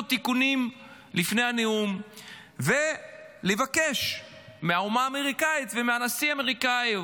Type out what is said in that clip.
תיקונים לפני הנאום ולבקש מהאומה האמריקאית ומהנשיא האמריקאי,